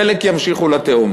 חלק ימשיכו לתהום